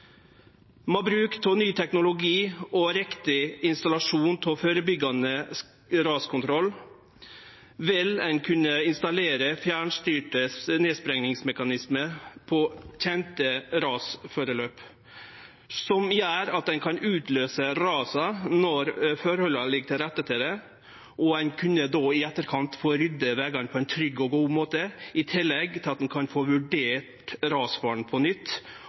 bruk av ny teknologi og riktig installasjon av førebyggjande raskontroll vil ein kunne installere fjernstyrte nedsprengingsmekanismar på kjende rasforløp, som gjer at ein kan utløyse rasa når forholda ligg til rette for det. Ein vil då i etterkant kunne få rydda vegane på ein trygg og god måte, i tillegg til at ein kan få vurdert rasfaren på nytt